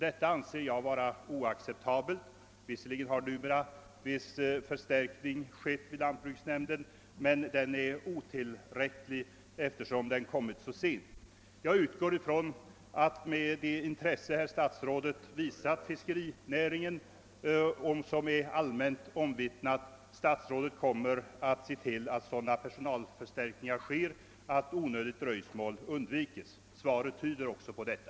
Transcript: Detta anser jag vara oacceptabelt. Visserligen har numera viss personalförstärkning skett vid lantbruksnämnden, men den är otillräcklig eftersom den kommit så sent. Jag utgår ifrån att herr statsrådet, med det intresse för fiskerinäringen som han visat och som är allmänt omvittnat, kommer att se till att sådana personalförstärkningar sker att onödigt dröjsmål undvikes. Svaret tyder också på detta.